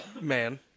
man